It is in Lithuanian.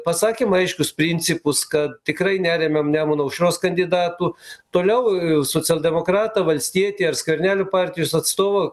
pasakėm aiškius principus kad tikrai neremiam nemuno aušros kandidatų toliau jau socialdemokratą valstietį ar skvernelio partijos atstovą